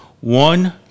One